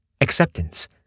acceptance